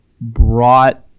brought